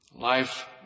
Life